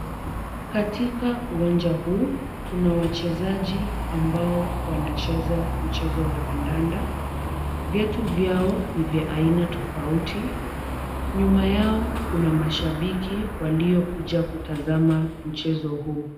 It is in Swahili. Katika uwanja huu, kuna wachezaji ambao wanacheza mchezo wa kandanda. Viatu vyao ni vya aina tofauti. Nyuma yao kuna mashabiki waliokuja kutazama mchezo huu.